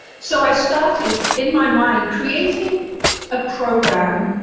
so i started, in my mind, creating a program,